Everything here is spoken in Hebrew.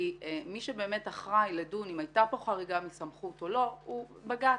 כי מי שבאמת אחראי לדון אם הייתה פה חריגה מסמכות או לא הוא בג"ץ.